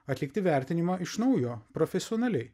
atlikti vertinimą iš naujo profesionaliai